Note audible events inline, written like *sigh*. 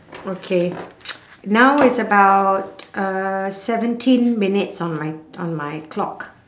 okay *noise* now it's about uh seventeen minutes on my on my clock